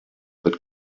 that